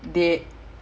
or dorman